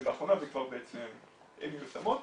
לאחרונה שבעצם מיושמות.